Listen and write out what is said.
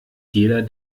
jeder